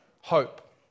Hope